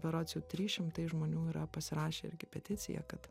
berods jau trys šimtai žmonių yra pasirašę irgi peticiją kad